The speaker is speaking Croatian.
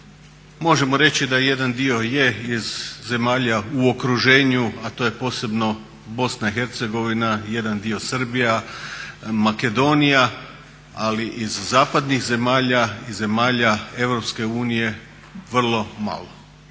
možemo reći da jedan dio je iz zemalja u okruženju a to je posebno Bosna i Hercegovina, jedan dio Srbija, Makedonija. Ali iz zapadnih zemalja, iz zemalja Europske unije vrlo malo.